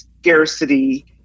scarcity